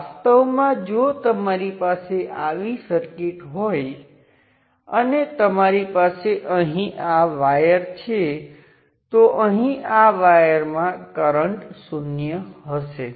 હવે જો તમે જુઓ તો આ V ની ધ્રુવીયતા આના જેવી જ છે પરંતુ I1 વિરુદ્ધ ધ્રુવીયતા સાથે આવે છે